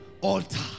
altar